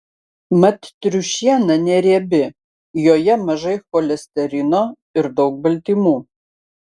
mat triušiena neriebi joje mažai cholesterino ir daug baltymų